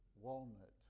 walnut